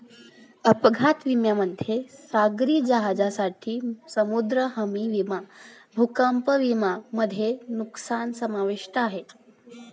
अपघात विम्यामध्ये सागरी जहाजांसाठी समुद्री हमी विमा भूकंप विमा मध्ये नुकसान समाविष्ट आहे